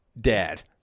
dad